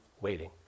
waiting